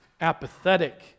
apathetic